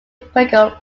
brecon